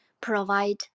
provide